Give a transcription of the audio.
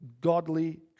godly